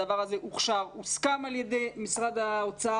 הדבר הזה הוכשר, הוסכם על ידי משרד האוצר.